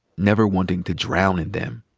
never wanting to drown in them.